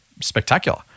spectacular